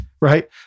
right